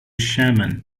shaman